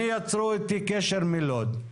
יצרו איתי קשר מלוד,